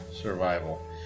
Survival